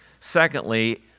secondly